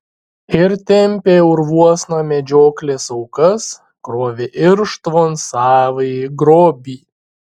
ir tempė urvuosna medžioklės aukas krovė irštvon savąjį grobį